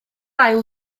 ail